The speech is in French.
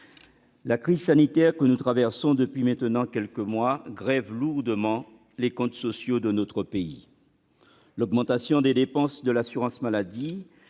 la crise sanitaire que nous traversons depuis maintenant quelques mois grève lourdement les comptes sociaux de notre pays. L'augmentation des dépenses de l'assurance maladie,